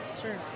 Sure